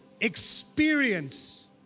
experience